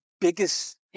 biggest